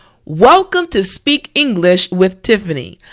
welcome to speak english with tiffani.